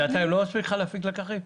שנתיים לא מספיק לך כדי להפיק לקחים?